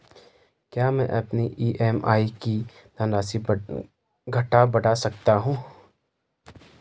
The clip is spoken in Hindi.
क्या मैं अपनी ई.एम.आई की धनराशि घटा बढ़ा सकता हूँ?